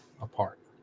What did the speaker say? apart